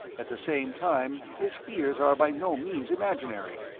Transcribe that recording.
at the same time his fears are by no means imaginary.